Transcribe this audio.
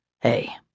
Hey